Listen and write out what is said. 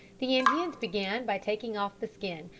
the indians began by taking off the skin,